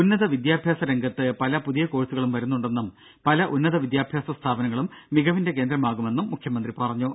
ഉന്നതവിദ്യാഭ്യാസരംഗത്ത് പല പുതിയ കോഴ്സുകളും വരുന്നുണ്ടെന്നും പല ഉന്നതവിദ്യാഭ്യാസസ്ഥാപനങ്ങളും മികവിന്റെ കേന്ദ്രമാകുമെന്നും മുഖ്യമന്ത്രി പറഞ്ഞു